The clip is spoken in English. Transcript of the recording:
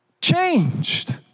changed